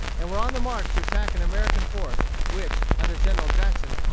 and were on the march to attack an american force, which, under general jackson,